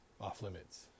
off-limits